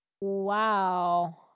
Wow